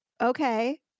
okay